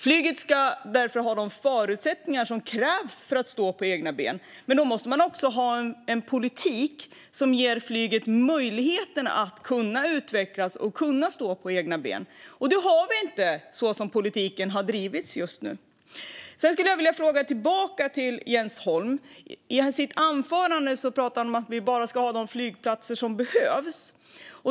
Flyget ska därför ha de förutsättningar som krävs för att stå på egna ben, men då måste man också ha en politik som ger flyget möjlighet att utvecklas och stå på egna ben. Det har vi inte just nu så som politiken har drivits. I sitt anförande pratar Jens Holm om att vi bara ska ha de flygplatser som behövs.